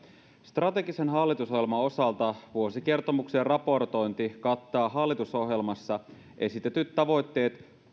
strategisen hallitusohjelman osalta vuosikertomuksen raportointi kattaa hallitusohjelmassa esitetyt tavoitteet